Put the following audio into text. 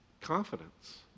confidence